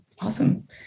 Awesome